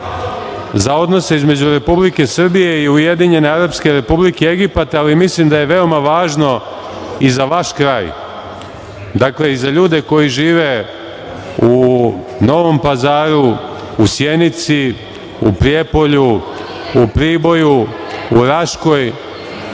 za odnose između Republike Srbije i Ujedinjene Arapske Republike Egipat, ali mislim da je veoma važno i za vaš kraj, dakle, i za ljude koji žive u Novom Pazaru, u Sjenici, u Prijepolju, u Priboju, u Raškoj.